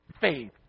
faith